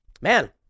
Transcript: Man